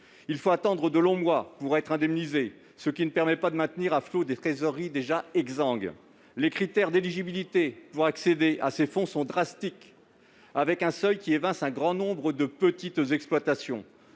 il faut attendre de longs mois pour être indemnisé, ce qui ne permet pas de maintenir à flot des trésoreries déjà exsangues. Les critères d'éligibilité pour accéder à ce fonds sont drastiques, avec un seuil qui évince un grand nombre de petites exploitations,